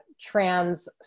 trans